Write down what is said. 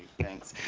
thanks,